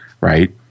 right